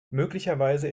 möglicherweise